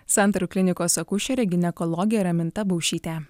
santarų klinikos akušerė ginekologė raminta baušytė